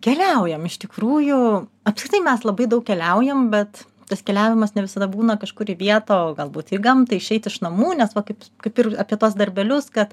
keliaujam iš tikrųjų apskritai mes labai daug keliaujam bet tas keliavimas ne visada būna kažkur į vietą o galbūt į gamtą išeit iš namų nes va kaip kaip ir apie tuos darbelius kad